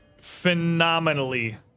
phenomenally